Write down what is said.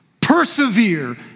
Persevere